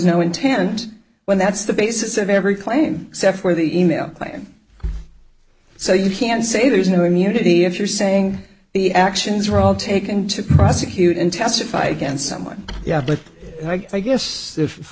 no intent when that's the basis of every claim cept for the email client so you can say there's no immunity if you're saying the actions were all taken to prosecute and testify against someone yeah but i guess if i